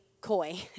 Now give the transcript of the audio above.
coy